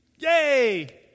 Yay